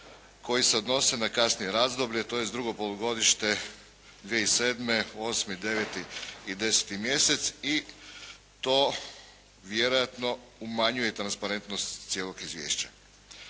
koji se odnose na kasnije razdoblje, tj. drugo polugodište 2007., 8. 9. i 10. mjesec. I to vjerojatno umanjuje transparentnost cijelog izvješća.